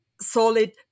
solid